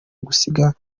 gusiga